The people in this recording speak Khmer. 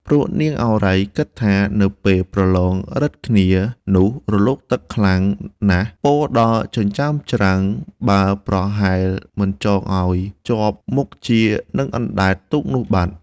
ព្រោះ នាងឱរ៉ៃ គិតថា " នៅពេលប្រឡងឫទ្ធិគ្នានោះរលកទឹកខ្លាំងណាស់ ពោរដល់ចិញ្ចើមច្រាំង បើប្រហែលមិនចងឲ្យ ជាប់មុខជានឹងអណ្តែតទូកនោះបាត់។